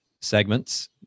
segments